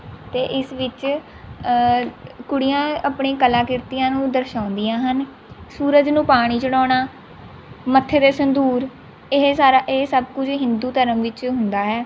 ਅਤੇ ਇਸ ਵਿੱਚ ਕੁੜੀਆਂ ਆਪਣੀ ਕਲਾ ਕਿਰਤੀਆਂ ਨੂੰ ਦਰਸਾਉਂਦੀਆਂ ਹਨ ਸੂਰਜ ਨੂੰ ਪਾਣੀ ਚੜ੍ਹਾਉਣਾ ਮੱਥੇ 'ਤੇ ਸੰਦੂਰ ਇਹ ਸਾਰਾ ਇਹ ਸਭ ਕੁਝ ਹਿੰਦੂ ਧਰਮ ਵਿੱਚ ਹੁੰਦਾ ਹੈ